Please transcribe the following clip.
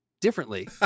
differently